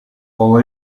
con